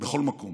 בכל מקום